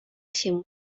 się